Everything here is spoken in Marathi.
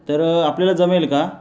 तर आपल्याला जमेल का